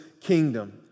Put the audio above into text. kingdom